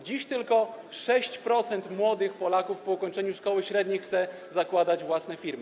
Dziś tylko 6% młodych Polaków po ukończeniu szkoły średniej chce zakładać własne firmy.